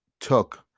took